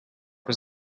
his